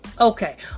Okay